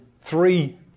three